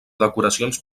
decoracions